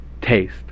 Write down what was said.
taste